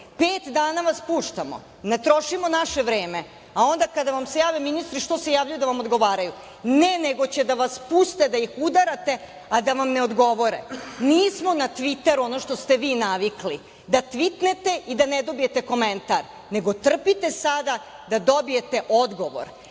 dana vas puštamo, ne trošimo naše vreme, a onda kada vam se jave ministri, što se javljaju da vam odgovaraju. Ne, nego će da vas puste da ih udarate, a da vam ne odgovore. Nismo na „Tviteru“ ono što ste vi navikli, da tvitnete i da ne dobijete komentar, nego trpite sada da dobijete odgovor,